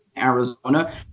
Arizona